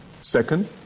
Second